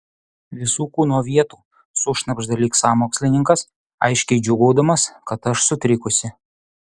visų kūno vietų sušnabžda lyg sąmokslininkas aiškiai džiūgaudamas kad aš sutrikusi